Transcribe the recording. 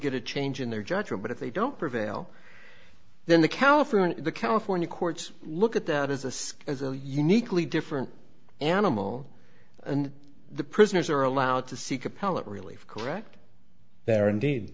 get a change in their judgment but if they don't prevail then the california the california courts look at that as a sky is a uniquely different animal and the prisoners are allowed to seek appellate relief correct there indeed